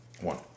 One